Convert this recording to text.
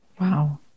Wow